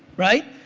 right,